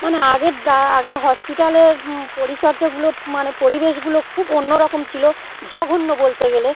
মানে আগের ডা আগের হসপিটালের পরিচর্যাগুলো মানে পরিবেশগুলো খুব অন্য রকম ছিল জঘন্য বলতে গেলে